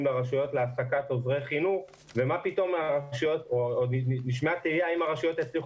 לרשויות להעסקת עוזרי חינוך ונשמעה תהייה האם הרשויות יצליחו